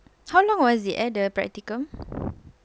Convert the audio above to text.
how long was it eh the practicum